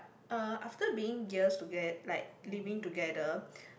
uh after being years toget~ like living together